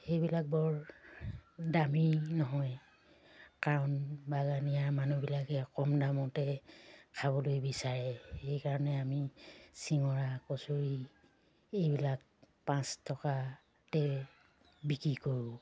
সেইবিলাক বৰ দামেই নহয় কাৰণ বাগানীয়া মানুহবিলাকে কম দামতে খাবলৈ বিচাৰে সেইকাৰণে আমি চিঙৰা কচৰি এইবিলাক পাঁচ টকাতে বিক্ৰী কৰোঁ